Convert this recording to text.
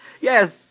Yes